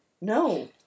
no